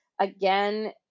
again